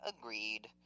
Agreed